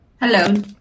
Hello